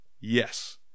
Yes